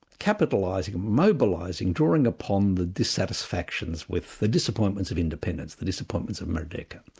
capitalising, mobilising, drawing upon the dissatisfactions with the disappointments of independence, the disappointments of merdeka.